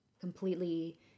completely